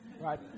right